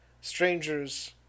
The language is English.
strangers